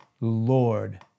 Lord